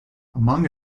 among